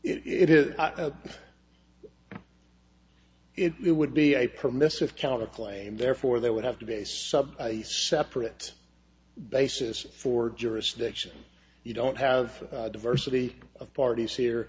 right it is it would be a permissive counterclaim therefore they would have to base a separate basis for jurisdiction you don't have diversity of parties here